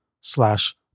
slash